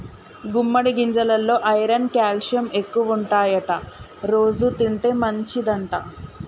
గుమ్మడి గింజెలల్లో iron calcium ఎక్కువుంటాయట రోజు తింటే మంచిదంట